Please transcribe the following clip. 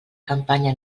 campanya